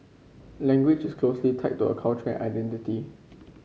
language is closely tied to a culture identity